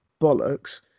bollocks